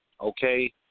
Okay